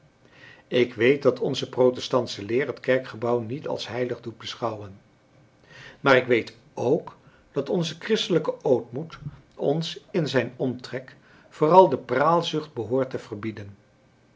ik weet dat onze protestantsche leer het kerkgebouw niet als heilig doet beschouwen maar ik weet ook dat onze christelijke ootmoed ons in zijn omtrek vooral de praalzucht behoort te verbieden